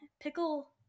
pickle